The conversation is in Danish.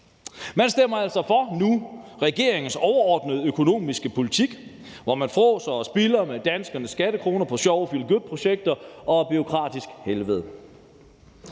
Man stemmer altså nu for regeringens overordnede økonomiske politik, hvor man frådser med og spilder danskernes skattekroner på sjove feel good-projekter og et bureaukratisk helvede.